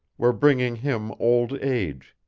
were bringing him old age,